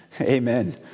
Amen